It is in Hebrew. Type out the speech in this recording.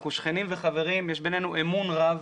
אנחנו שכנים וחברים, ויש בינינו אמון רב